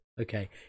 okay